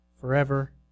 forever